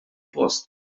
post